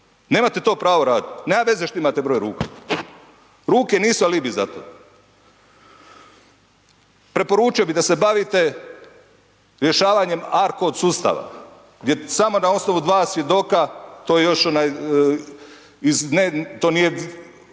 Nemate to pravo raditi. Nema veze što imate broj ruku. Ruke nisu alibi za to. Preporučio bih da se bavite rješavanjem ARKOD sustava gdje samo na osnovu dva svjedoka, to još